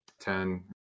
Ten